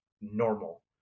normal